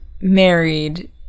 married